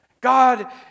God